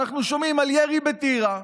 ואנחנו שומעים על ירי בטירה.